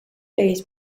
days